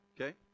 Okay